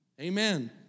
Amen